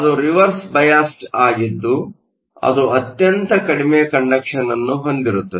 ಅದು reverse biased ಆಗಿದ್ದು ಅದು ಅತ್ಯಂತ ಕಡಿಮೆ ಕಂಡಕ್ಟನ್ಸ್ ಅನ್ನು ಹೊಂದಿರುತ್ತದೆ